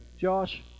josh